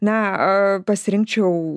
na pasirinkčiau